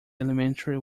elementary